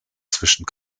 zwischen